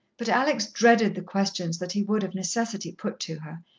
but alex dreaded the questions that he would, of necessity, put to her,